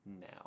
now